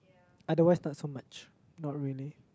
otherwise not so much not really